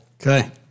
Okay